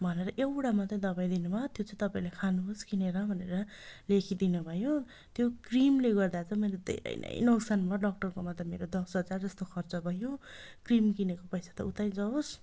भनेर एउटा मात्रै दबाई दिनुभयो त्यो चाहिँ तपाईँले खानुहोस् किनेर भनेर लेखिदिनुभयो त्यो क्रिमले गर्दा चाहिँ मैले धेरै नै नोक्सान भयो डक्टरकोमा त मेरो दस हजार जस्तो खर्च भयो क्रिम किनेको पैसा त उतै जाओस्